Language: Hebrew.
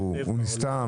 הוא נסתם